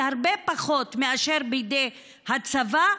היא הרבה פחות מאשר בידי הצבא.